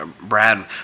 Brad